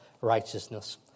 righteousness